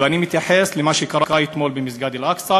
ואני מתייחס למה שקרה אתמול במסגד אל-אקצא,